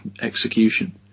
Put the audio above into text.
execution